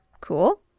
cool